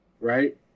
right